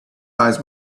eyes